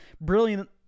brilliant